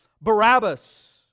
Barabbas